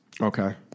Okay